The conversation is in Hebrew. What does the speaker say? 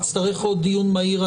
נצטרך עוד דיון מהיר.